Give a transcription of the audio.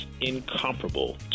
incomparable